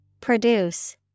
Produce